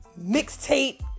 mixtape